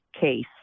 case